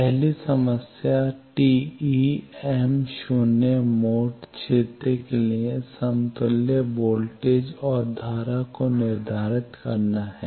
पहली समस्या TEm 0 mode क्षेत्र के लिए समतुल्य वोल्टेज और धारा को निर्धारित करेंगे